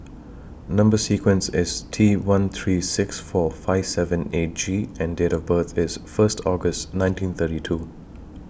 Number sequence IS T one three six four five seven eight G and Date of birth IS First August nineteen thirty two